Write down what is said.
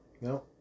No